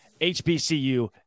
HBCU